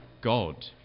God